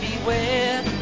beware